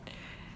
what